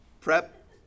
prep